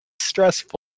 stressful